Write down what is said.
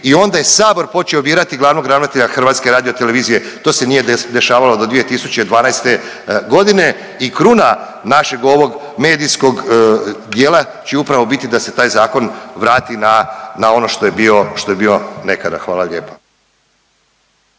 i onda je sabor počeo birati glavnog ravnatelja HRT-a, to se nije dešavalo do 2012.g. i kruna našeg ovog medijskog dijela će upravo biti da se taj zakon vrati na, na ono što je bio, što je bio nekada, hvala lijepo.